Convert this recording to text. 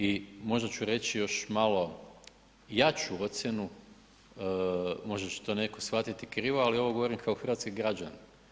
I možda ću reći još malo jaču ocjenu, možda će to netko shvatiti krivo, ali govorim kao hrvatski građanin.